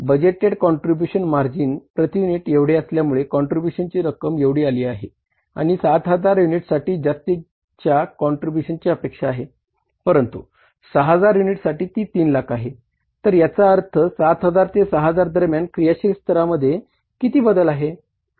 budgeted contribution margin किती बदल आहे